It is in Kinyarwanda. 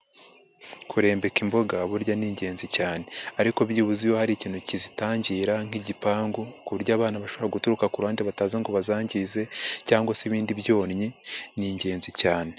Kurembeka imboga burya ni ingenzi cyane. Ariko byibuze iyo hari ikintu kizitangira nk'igipangu ku buryo abana bashobora guturuka ku ruhande bataza ngo bazangize cyangwa se ibindi byonnyi, ni ingenzi cyane.